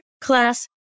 class